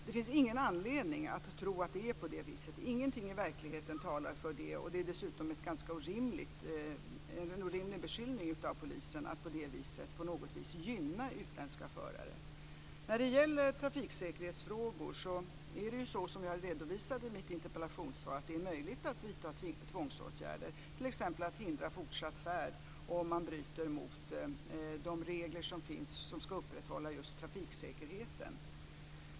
Det finns ingen anledning att tro att det är på det viset. Ingenting i verkligheten talar för det, och det är dessutom en ganska orimlig beskyllning mot polisen när man säger att den på något vis skulle gynna utländska förare. När det gäller trafiksäkerhetsfrågor är det så som jag redovisade i mitt interpellationssvar, dvs. att det är möjligt att vidta tvångsåtgärder, t.ex. att hindra fortsatt färd om man bryter mot de regler som finns som ska upprätthålla just trafiksäkerheten.